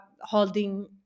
holding